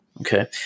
Okay